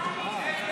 עתיד